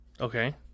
Okay